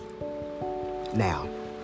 now